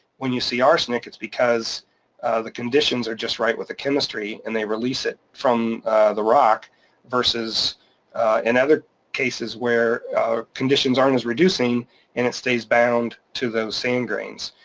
when you see arsenic it's because the conditions are just right with the chemistry and they release it from the rock versus in other cases where conditions aren't as reducing and it stays bound to those sand grains.